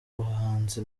bahanzi